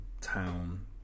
town